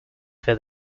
for